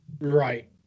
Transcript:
right